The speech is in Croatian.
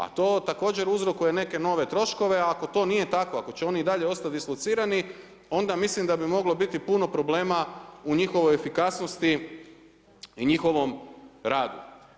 A to također uzrokuje neke nove troškove, ako to nije tako, ako će oni i dalje ostati dislocirani, onda mislim da bi moglo biti puno problema u njihovoj efikasnosti i njihovom radu.